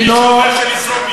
מי שאומר שלשרוף משפחה,